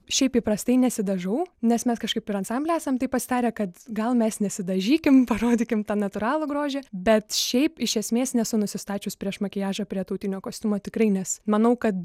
šiaip įprastai nesidažiau nes mes kažkaip ir ansambly esam taip pasitarę kad gal mes nesidažykim parodykim tą natūralų grožį bet šiaip iš esmės nesu nusistačius prieš makiažą prie tautinio kostiumo tikrai nes manau kad